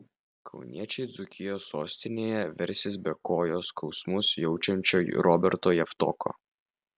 kauniečiai dzūkijos sostinėje versis be kojos skausmus jaučiančio roberto javtoko